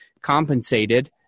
compensated